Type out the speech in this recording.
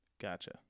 Gotcha